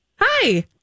hi